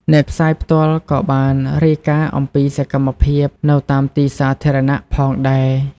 អ្នកផ្សាយផ្ទាល់ក៏បានរាយការណ៍អំពីសកម្មភាពនៅតាមទីសាធារណៈផងដែរ។